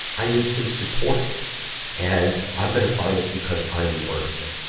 i need some support and i'm gonna find it because i'm worth it.